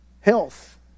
Health